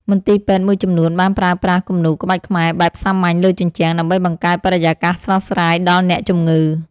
មន្ទីរពេទ្យមួយចំនួនបានប្រើប្រាស់គំនូរក្បាច់ខ្មែរបែបសាមញ្ញលើជញ្ជាំង ដើម្បីបង្កើតបរិយាកាសស្រស់ស្រាយដល់អ្នកជំងឺ។